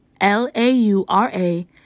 L-A-U-R-A